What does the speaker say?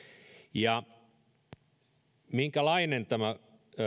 ja minkälainen tämä